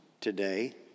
today